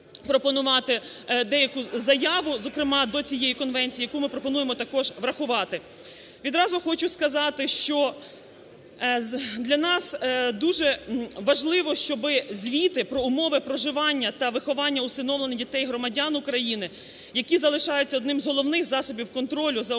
пропонувати деяку заяву, зокрема до цієї конвенції, яку ми пропонуємо також врахувати. Відразу хочу сказати, що для нас дуже важливо, щоб звіти про умови проживання та виховання усиновлених дітей громадян України, які залишаються одним з головних засобів контролю за умовами